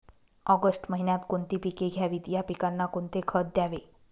August महिन्यात कोणती पिके घ्यावीत? या पिकांना कोणते खत द्यावे?